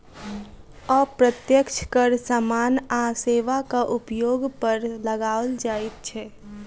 अप्रत्यक्ष कर सामान आ सेवाक उपयोग पर लगाओल जाइत छै